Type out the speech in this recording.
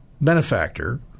benefactor